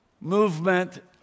movement